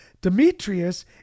Demetrius